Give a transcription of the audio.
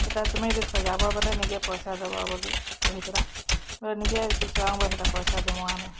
ସେଟା ତୁମେ ଯଦି ସଜାବ ନିଜେ ପଇସା ଦେବ ବୋଲି କହିଥିଲା ନିଜେ ସଜାମୁ ବେଲେ ସେଟା ପଇସା ଦେମୁ ଆମେ